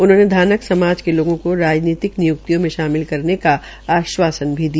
उन्होंने धानक समाज के लोगों को राजनीतिक निय्क्तियों में शामिल करने का आश्वासन दिया